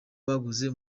baguze